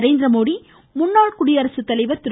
நரேந்திரமோடி முன்னாள் குடியரசுத்தலைவர் திரு